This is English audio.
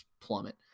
plummet